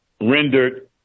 rendered